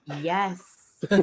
Yes